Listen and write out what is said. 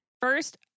First